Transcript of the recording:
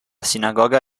sinagoga